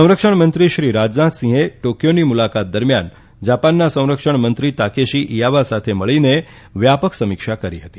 સંરક્ષણ મંત્રી શ્રી રાજનાથસિંહની ટોકયોની મુલાકાત દરમિયાન જાપાનના સંરક્ષણ મંત્રી તાકેશી ઈવાયા સાથે મળીને વ્યાપક સમીક્ષા થઈ હતી